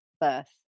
birth